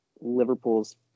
Liverpool's